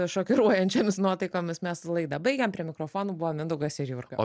šokiruojančiomis nuotaikomis mes laidą baigiam prie mikrofonų buvo mindaugas ir jurga